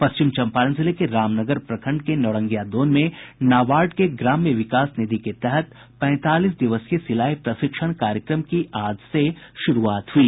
पश्चिम चंपारण जिले के रामनगर प्रखंड के नौरंगिया दोन में नाबार्ड के ग्राम्य विकास निधि के तहत पैंतालीस दिवसीय सिलाई प्रशिक्षण कार्यक्रम की आज से शुरूआत हुई